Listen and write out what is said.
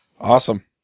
awesome